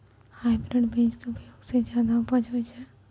hybrid बीज के उपयोग सॅ ज्यादा उपज होय छै